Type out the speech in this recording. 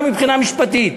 גם מבחינה משפטית.